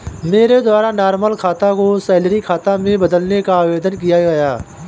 मेरे द्वारा नॉर्मल खाता को सैलरी खाता में बदलने का आवेदन दिया गया